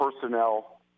personnel